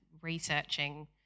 researching